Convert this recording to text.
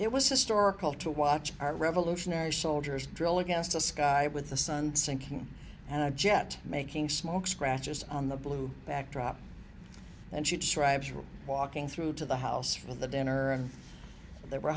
it was historical to watch our revolutionary soldiers drill against a sky with the sun sinking and a jet making small scratches on the blue backdrop and she describes walking through to the house for the dinner and there were